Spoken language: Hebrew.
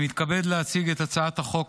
נעבור לנושא הבא על סדר-היום: הצעת חוק